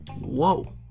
whoa